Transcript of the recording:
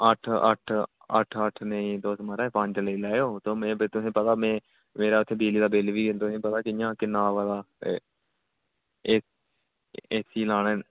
अट्ठ अट्ठ अट्ठ अट्ठ नेईं माराज तुस पंज लेई लैयो में तुसेंगी पता में मेरा इत्थै बिजली दा बिल बी ऐ तुसेंगी पता कियां किन्ना आवा दा ते एसी लाने